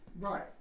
Right